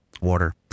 water